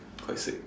quite sick